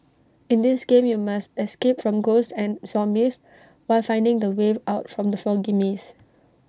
in this game you must escape from ghosts and zombies while finding the way out from the foggy maze